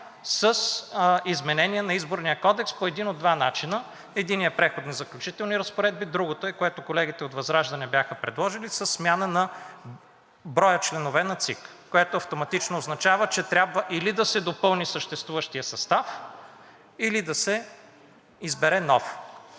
с изменение на Изборния кодекс по един от двата начина – единият е с Преходни и заключителни разпоредби, а другият е, което колегите от ВЪЗРАЖДАНЕ бяха предложили, със смяна на броя на членовете на ЦИК, което автоматично означава, че или трябва да се допълни съществуващият състав, или да се избере нов.